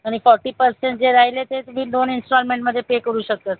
आणि forty percent जे राहिले ते तुम्ही दोन इन्स्टॉलमेन्टमध्ये पे करू शकतात